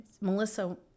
Melissa